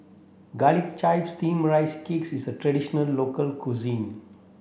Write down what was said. garlic chives steamed rice cake is a traditional local cuisine